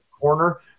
corner